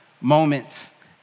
moments